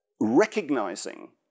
recognizing